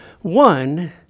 One